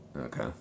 Okay